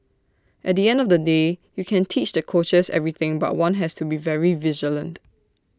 at the end of the day you can teach the coaches everything but one has to be very vigilant